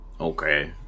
Okay